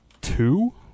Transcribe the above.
two